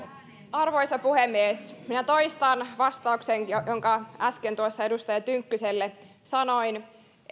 arvoisa puhemies minä toistan vastauksen jonka äsken tuossa edustaja tynkkyselle sanoin eulla on yksi